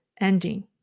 ending